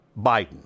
Biden